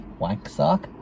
Wanksock